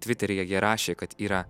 tviteryje jie rašė kad yra